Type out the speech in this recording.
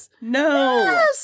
no